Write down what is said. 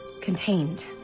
contained